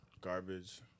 Garbage